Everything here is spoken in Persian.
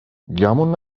گمون